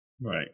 Right